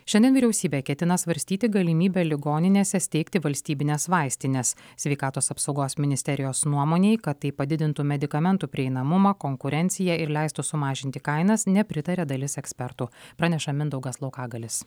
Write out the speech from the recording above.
šiandien vyriausybė ketina svarstyti galimybę ligoninėse steigti valstybines vaistines sveikatos apsaugos ministerijos nuomonei kad tai padidintų medikamentų prieinamumą konkurenciją ir leistų sumažinti kainas nepritaria dalis ekspertų praneša mindaugas laukagalis